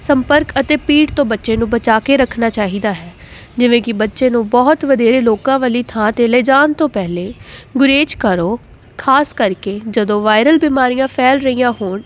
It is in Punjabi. ਸੰਪਰਕ ਅਤੇ ਭੀੜ ਤੋਂ ਬੱਚੇ ਨੂੰ ਬਚਾ ਕੇ ਰੱਖਣਾ ਚਾਹੀਦਾ ਹੈ ਜਿਵੇਂ ਕਿ ਬੱਚੇ ਨੂੰ ਬਹੁਤ ਵਧੇਰੇ ਲੋਕਾਂ ਵਾਲੀ ਥਾਂ 'ਤੇ ਲੈ ਲਿਜਾਣ ਤੋਂ ਪਹਿਲੇ ਗੁਰੇਜ਼ ਕਰੋ ਖ਼ਾਸ ਕਰਕੇ ਜਦੋਂ ਵਾਇਰਲ ਬਿਮਾਰੀਆਂ ਫੈਲ ਰਹੀਆਂ ਹੋਣ